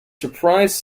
surprise